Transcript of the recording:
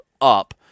up